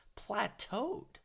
plateaued